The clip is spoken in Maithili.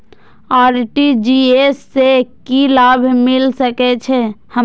आर.टी.जी.एस से की लाभ मिल सके छे हमरो?